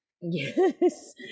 Yes